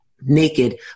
naked